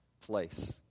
place